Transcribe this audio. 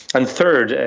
and third,